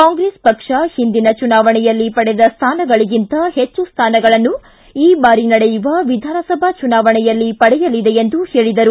ಕಾಂಗ್ರೆಸ್ ಪಕ್ಷ ಹಿಂದಿನ ಚುನಾವಣೆಯಲ್ಲಿ ಪಡೆದ ಸ್ಥಾನಗಳಗಿಂತ ಹೆಚ್ಚು ಸ್ಥಾನಗಳನ್ನು ಈ ಭಾರಿ ನಡೆಯುವ ವಿಧಾನಸಭಾ ಚುನಾವಣೆಯಲ್ಲಿ ಪಡೆಯಲಿದೆ ಎಂದು ಹೇಳಿದರು